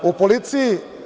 U policiji.